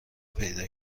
پیدا